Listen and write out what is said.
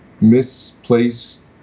misplaced